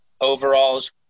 overalls